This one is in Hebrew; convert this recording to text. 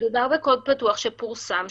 מדובר בקוד פתוח שפורסם.